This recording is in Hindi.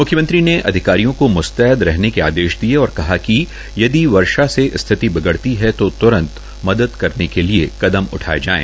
म्ख्यमंत्री ने अधिकारियों को म्स्तैद रहने के आदेश दिये और कहा कि यदि वर्षा से स्थिति बिगड़ती है तो त्रंत मदद करने की लिए कदम उठाये जायें